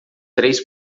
três